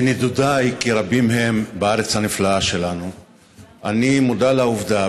בנדודיי כי רבים הם בארץ הנפלאה שלנו אני מודע לעובדה,